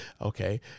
Okay